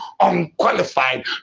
unqualified